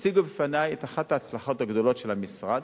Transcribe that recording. הציגו בפני את אחת ההצלחות הגדולות של המשרד: